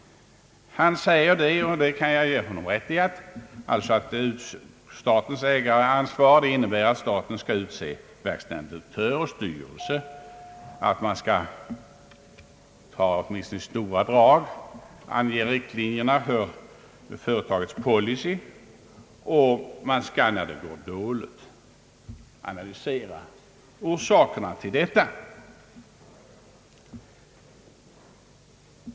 Han säger — och det kan jag ge honom rätt i — att statens ägaransvar i huvudsak är begränsat till att staten skall utse verkställande direktör och styrelse och att man åtminstone i stora drag skall ange riktlinjer för företagets policy samt om det går dåligt analysera orsakerna till detta och tillsätta en ny ledning, som skapar lönsamhet inom företaget.